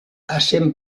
essent